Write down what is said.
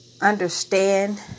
understand